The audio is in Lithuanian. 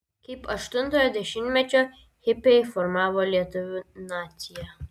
kaip aštuntojo dešimtmečio hipiai formavo lietuvių naciją